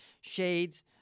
shades